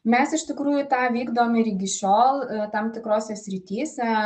mes iš tikrųjų tą vykdom ir iki šiol tam tikrose srityse